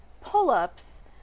pull-ups